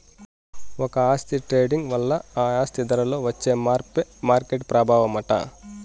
ఒక ఆస్తి ట్రేడింగ్ వల్ల ఆ ఆస్తి ధరలో వచ్చే మార్పే మార్కెట్ ప్రభావమట